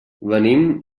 venim